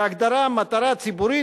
בהגדרה 'מטרה ציבורית',